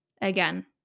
again